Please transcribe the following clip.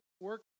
work